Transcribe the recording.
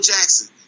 Jackson